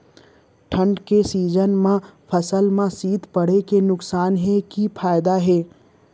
ठंडा के सीजन मा फसल मा शीत पड़े के नुकसान हे कि फायदा?